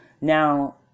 Now